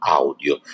audio